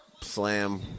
slam